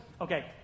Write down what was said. okay